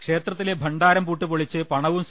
ക്ഷേത്രത്തിലെ ഭണ്ഡാരം പൂട്ട് പൊളിച്ച് പണവും സി